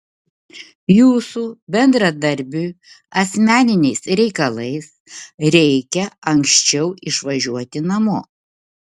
jūsų bendradarbiui asmeniniais reikalais reikia anksčiau išvažiuoti namo